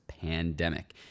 pandemic